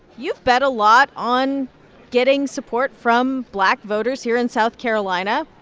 you've bet a lot on getting support from black voters here in south carolina.